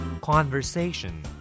Conversation